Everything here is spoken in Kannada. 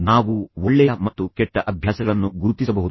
ನಾವು ಒಳ್ಳೆಯ ಮತ್ತು ಕೆಟ್ಟ ಅಭ್ಯಾಸಗಳನ್ನು ಗುರುತಿಸಬಹುದು